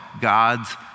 God's